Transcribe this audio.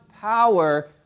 power